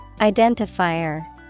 Identifier